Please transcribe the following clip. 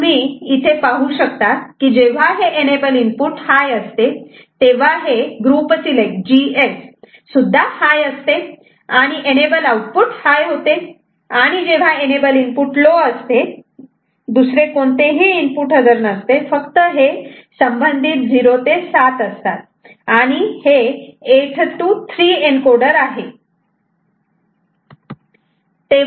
तर तुम्ही इथे पाहू शकतात की जेव्हा हे एनेबल इनपुट हाय असते तेव्हा हे GS सुद्धा हाय असते आणि एनेबल आउटपुट हाय होते आणि जेव्हा एनेबल इनपुट लो असते दुसरे कोणतेही इनपुट हजर नसते फक्त हे संबंधित 0 7 असतात आणि हे 8 to 3 एनकोडर आहे